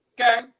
okay